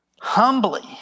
humbly